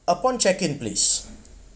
upon check in please